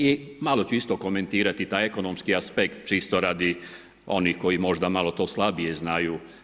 I malo ću isto komentirati taj ekonomski aspekt čisto radi onih koji možda malo to slabije znaju.